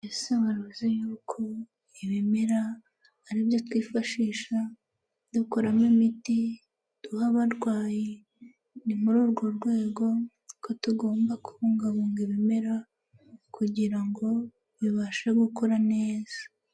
Ese wari uzi yuko ibimera ari byo twifashisha dukuramo imiti duha abarwayi? Ni muri urwo rwego ko tugomba kubungabunga ibimera kugira ngo bibashe gukura neza.